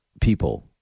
people